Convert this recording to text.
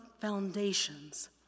foundations